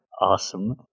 Awesome